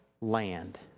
land